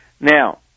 Now